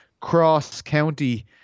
cross-county